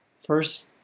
First